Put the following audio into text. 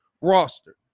roster